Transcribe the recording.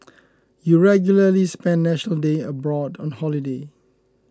you regularly spend National Day abroad on holiday